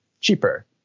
cheaper